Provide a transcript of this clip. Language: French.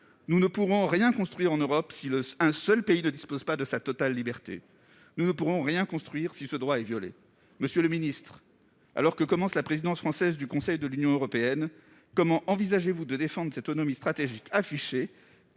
Nous ne pourrons rien construire en Europe si un seul pays ne dispose pas de sa totale liberté. Nous ne pourrons rien construire si ce droit est violé. Monsieur le ministre, alors que commence la présidence française du Conseil de l'Union européenne, comment envisagez-vous de défendre cette autonomie stratégique,